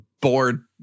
bored